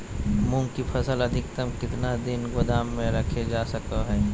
मूंग की फसल अधिकतम कितना दिन गोदाम में रखे जा सको हय?